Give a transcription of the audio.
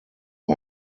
nur